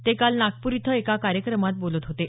ते काल नागपूर इथं एका कार्यक्रमात बोलत होते